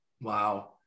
Wow